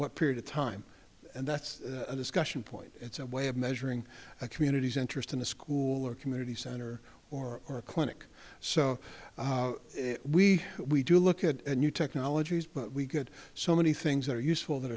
what period of time and that's a discussion point it's a way of measuring communities interest in a school or community center or clinic so we we do look at new technologies but we get so many things that are useful that